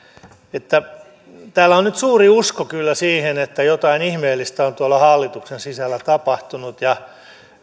että täällä on nyt suuri usko kyllä siihen että jotain ihmeellistä on tuolla hallituksen sisällä tapahtunut